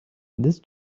this